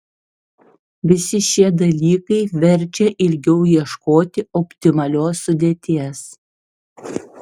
visi šie dalykai verčia ilgiau ieškoti optimalios sudėties